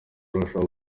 arushaho